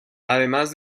además